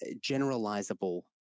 generalizable